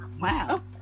Wow